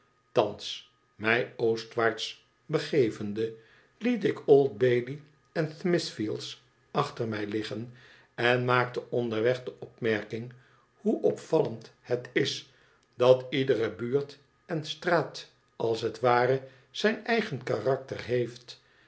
thans mij oostwaarts begevende liet ik old bailey en smithfield achter mij liggen en maakte onderweg de opmerking hoe opvallend het is dat iedere buurt en straat als t ware zijn oigen karakter heeft